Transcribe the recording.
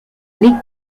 les